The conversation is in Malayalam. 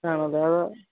ആണല്ലേ അത്